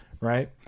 Right